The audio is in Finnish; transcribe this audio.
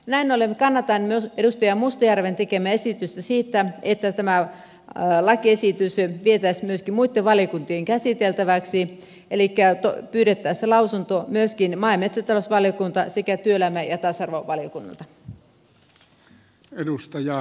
näin ollen kannatan edustaja mustajärven tekemää esitystä siitä että tämä lakiesitys vietäisiin myöskin muitten valiokuntien käsiteltäväksi elikkä pyydettäisiin lausunto myöskin maa ja metsätalousvaliokunnalta sekä työelämä ja tasa arvovaliokunnalta